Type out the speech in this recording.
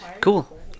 Cool